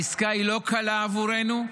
העסקה היא לא קלה עבורנו.